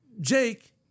Jake